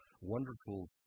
wonderful